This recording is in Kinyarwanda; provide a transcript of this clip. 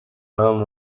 haram